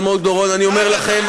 אני אומר לכם,